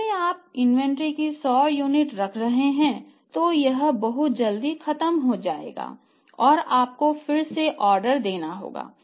जिसमें आप इन्वेंट्री की 100 यूनिट रख रहे हैं तो यह बहुत जल्दी खत्म हो जाएगा और आपको फिर से ऑर्डर देना होगा